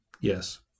Yes